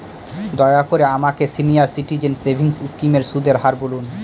দয়া করে আমাকে সিনিয়র সিটিজেন সেভিংস স্কিমের সুদের হার বলুন